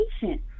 patient